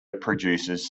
produces